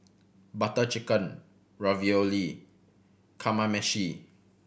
Butter Chicken Ravioli Kamameshi